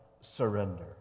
surrender